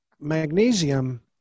magnesium